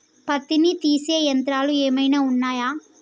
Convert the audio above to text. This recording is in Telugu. పత్తిని తీసే యంత్రాలు ఏమైనా ఉన్నయా?